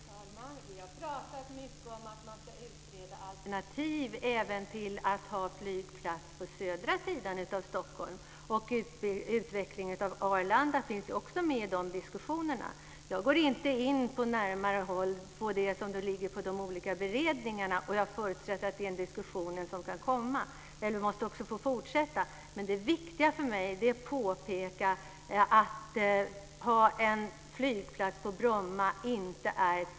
Fru talman! Vi har talat mycket om att man ska utreda alternativ även till att ha en flygplats på södra sidan av Stockholm. Utvecklandet av Arlanda finns med i de diskussionerna. Jag går inte närmare in på det som behandlas i de olika beredningarna. Jag förutsätter att den diskussion som kan komma får fortsätta. Men det är viktigt att påpeka att det inte är tidsenligt att ha en flygplats på Bromma.